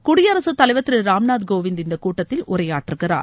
குடியரசுத் தலைவர் திரு ராம்நாத் கோவிந்த் இந்த கூட்டத்தில் உரையாற்றுகிறார்